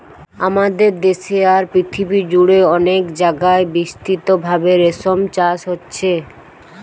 আমাদের দেশে আর পৃথিবী জুড়ে অনেক জাগায় বিস্তৃতভাবে রেশম চাষ হচ্ছে